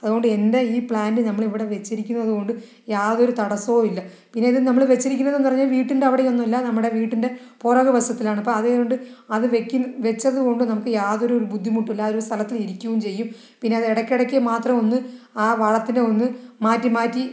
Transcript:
അതുകൊണ്ട് എന്റെ ഈ പ്ലാന്റ് നമ്മൾ ഇവിടെ വെച്ചിരിക്കുന്നത് കൊണ്ട് യാതൊരു തടസ്സവുമില്ല പിന്നെ ഇത് നമ്മള് വെച്ചിരിക്കുന്നത് എന്ന് പറഞ്ഞാൽ വീടിന്റെ അവിടെയും ഒന്നുമല്ല നമ്മുടെ വീടിന്റെ പുറകു വശത്താണ് അപ്പോൾ അതുകൊണ്ട് അത് വെച്ചതുകൊണ്ട് നമുക്ക് യാതൊരു ബുദ്ധിമുട്ടുമില്ല ആ ഒരു സ്ഥലത്ത് ഇരിക്കുകയും ചെയ്യും പിന്നെ അത് ഇടയ്ക്കിടക്ക് മാത്രം ഒന്ന് ആ വളത്തിനെ ഒന്ന് മാറ്റിമാറ്റി